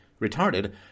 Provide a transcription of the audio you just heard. retarded